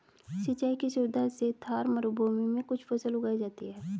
सिंचाई की सुविधा से थार मरूभूमि में भी कुछ फसल उगाई जाती हैं